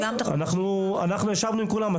אנחנו ישבנו עם כולם.